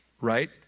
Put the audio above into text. Right